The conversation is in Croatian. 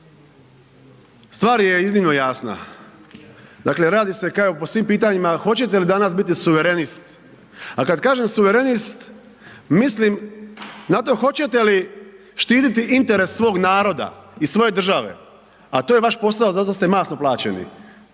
stvar je iznimno jasna radi se kao i po svim pitanjima hoćete li danas biti suverenist, a kada kažem suverenist mislim na to hoćete li štititi interes svog naroda i svoje države, a to je vaš posao i zato ste masno plaćeni.